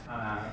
(uh huh)